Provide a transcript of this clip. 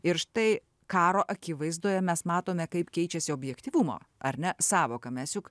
ir štai karo akivaizdoje mes matome kaip keičiasi objektyvumo ar ne sąvoka mes juk